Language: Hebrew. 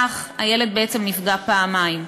כך הילד בעצם נפגע פעמיים,